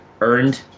earned